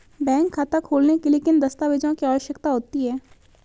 Bank खाता खोलने के लिए किन दस्तावेज़ों की आवश्यकता होती है?